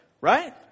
right